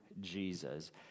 Jesus